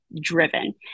driven